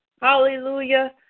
hallelujah